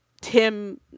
Tim